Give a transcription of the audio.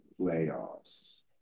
playoffs